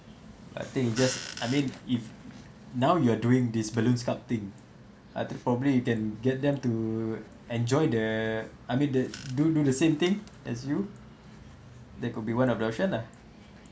I think he just I mean if now you are doing this balloon sculpting ah the probably you can get them to enjoy the I mean that do do the same thing as you there could be one of the option lah